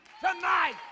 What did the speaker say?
tonight